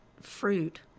fruit